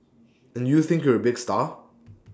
and you think you're A big star